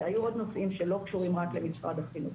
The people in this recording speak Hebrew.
היו עוד נושאים שלא קשורים רק למשרד החינוך.